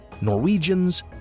Norwegians